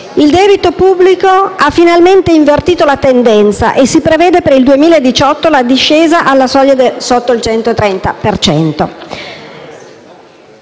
Il debito pubblico ha finalmente invertito la tendenza e si prevede per il 2018 la discesa al di sotto del 130